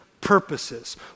purposes